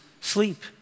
sleep